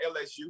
LSU